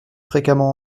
fréquemment